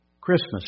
Christmas